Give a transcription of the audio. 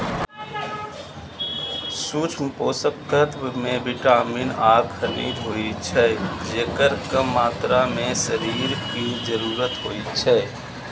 सूक्ष्म पोषक तत्व मे विटामिन आ खनिज होइ छै, जेकर कम मात्रा मे शरीर कें जरूरत होइ छै